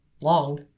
long